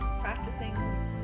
practicing